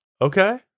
Okay